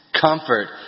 comfort